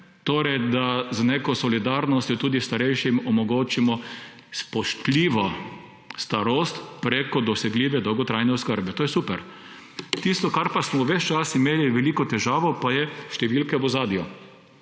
torej da z neko solidarnostjo tudi starejšim omogočimo spoštljivo starost preko dosegljive dolgotrajne oskrbe. To je super. Tisto, s čimer pa smo ves čas imeli veliko težavo, pa so številke v ozadju.